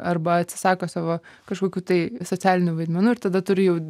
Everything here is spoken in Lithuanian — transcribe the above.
arba atsisako savo kažkokių tai socialinių vaidmenų ir tada turi jau